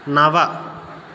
नव